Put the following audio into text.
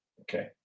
Okay